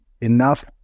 enough